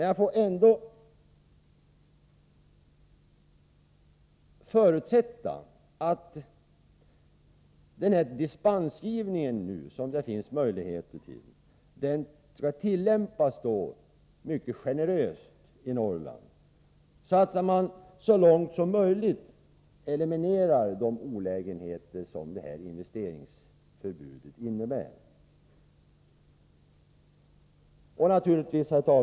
Jag får ändå förutsätta att den dispensgivning som det finns möjligheter till tillämpas mycket generöst beträffande Norrland, så att man så långt som möjligt eliminerar de olägenheter som investeringsförbudet innebär.